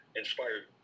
inspired